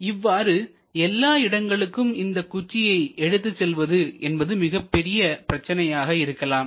இவ்வாறு எல்லா இடங்களுக்கும் இந்த குச்சியை எடுத்து செல்வது என்பது மிகப்பெரிய பிரச்சனையாக இருக்கலாம்